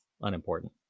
unimportant